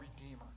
redeemer